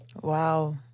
Wow